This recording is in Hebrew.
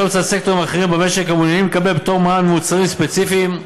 מצד סקטורים אחרים במשק המעוניינים לקבל פטור ממע"מ למוצרים ספציפיים.